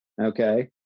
Okay